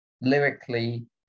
Lyrically